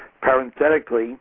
Parenthetically